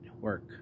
work